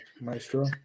Maestro